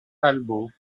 talbot